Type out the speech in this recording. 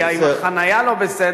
כי אם החנייה לא בסדר,